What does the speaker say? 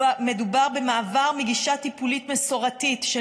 מדובר במעבר מגישה טיפולית מסורתית של